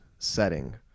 setting